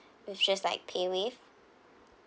with just like PayWave